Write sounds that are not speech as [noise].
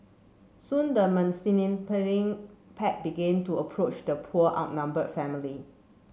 soon the [unintelligible] pack began to approach the poor outnumbered family